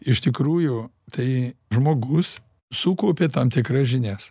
iš tikrųjų tai žmogus sukaupė tam tikras žinias